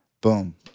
boom